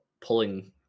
pulling